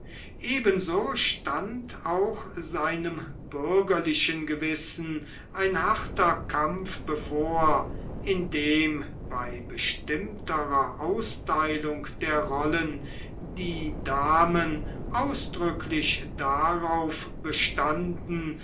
ebenso stand auch seinem bürgerlichen gewissen ein harter kampf bevor indem bei bestimmterer austeilung der rollen die damen aus drücklich darauf bestanden